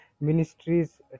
ministries